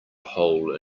hole